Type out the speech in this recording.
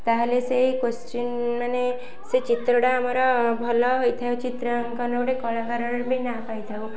ତା'ହେଲେ ସେଇ କୋଶ୍ଚିନ୍ ମାନେ ସେ ଚିତ୍ରଟା ଆମର ଭଲ ହୋଇଥାଏ ଚିତ୍ରାଙ୍କନ ଗୋଟେ କଳାକାର ରୂପେ ନାଁ ପାଇଥାଉ